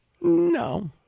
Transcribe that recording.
No